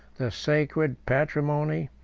the sacred patrimony,